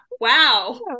wow